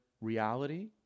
reality